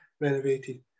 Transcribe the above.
renovated